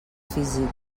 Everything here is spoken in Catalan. físic